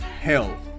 health